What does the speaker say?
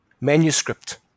manuscript